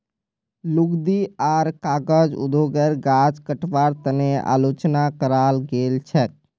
लुगदी आर कागज उद्योगेर गाछ कटवार तने आलोचना कराल गेल छेक